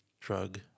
drug